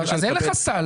אז אין לך סל.